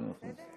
בבקשה.